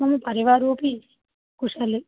मम परिवारोपि कुशलं